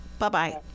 Bye-bye